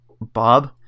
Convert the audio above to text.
bob